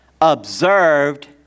observed